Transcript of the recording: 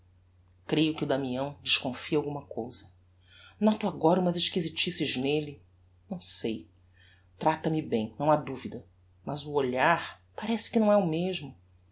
creio que o damião desconfia alguma cousa noto agora umas exquisitices nelle não sei trata-me bem não ha duvida mas o olhar parece que não é o mesmo